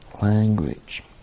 language